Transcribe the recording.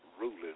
ruling